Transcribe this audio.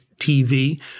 TV